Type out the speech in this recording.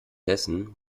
dessen